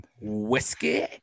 whiskey